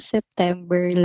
September